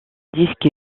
disque